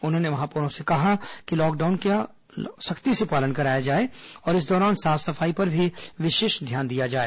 उन्होंने महापौरों से कहा कि लॉकडाउन का सख्ती से पालन कराया जाए और इस दौरान साफ सफाई पर भी विशेष ध्यान दिया जाए